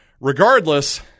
regardless